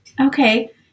Okay